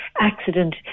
accident